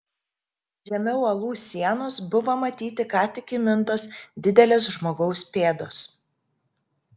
žemiau uolų sienos buvo matyti ką tik įmintos didelės žmogaus pėdos